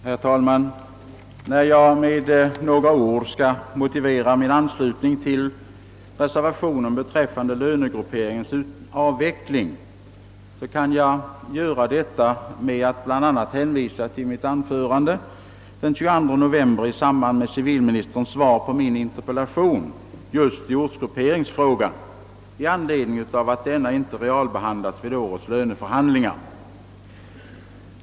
Herr talman! När jag med några ord skall motivera min anslutning till reservationen beträffande lönegrupperingens avveckling kan jag bl.a. hänvisa till mitt anförande den 22 november i samband med civilministerns svar på min interpellation i ortsgrupperingsfrågan i anledning av att denna inte realbehandlats vid årets löneförhandlingar.